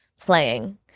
playing